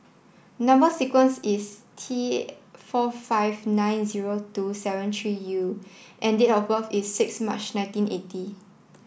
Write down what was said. number sequence is T four five nine zero two seven three U and date of birth is six March nineteen eighty